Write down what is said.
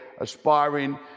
aspiring